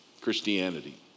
Christianity